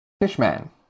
Fishman